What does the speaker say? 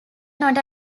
not